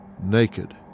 naked